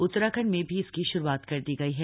उत्तराखंड में भी इसकी श्रुआत कर दी गई है